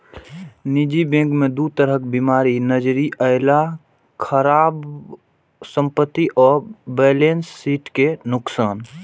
निजी बैंक मे दू तरह बीमारी नजरि अयलै, खराब संपत्ति आ बैलेंस शीट के नुकसान